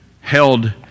held